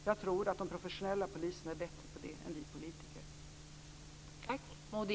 Jag tror att de professionella poliserna är bättre på det än vi politiker.